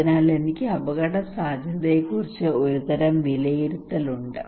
അതിനാൽ എനിക്ക് അപകടസാധ്യതയെക്കുറിച്ച് ഒരു തരം വിലയിരുത്തൽ ഉണ്ട്